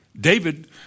David